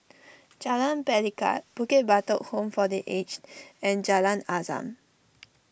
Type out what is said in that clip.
Jalan Pelikat Bukit Batok Home for the Aged and Jalan Azam